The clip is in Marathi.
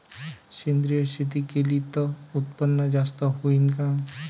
सेंद्रिय शेती केली त उत्पन्न जास्त होईन का?